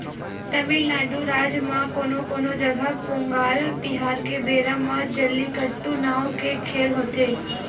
तमिलनाडू राज म कोनो कोनो जघा पोंगल तिहार के बेरा म जल्लीकट्टू नांव के खेल होथे